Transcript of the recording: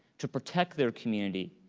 to protect their community,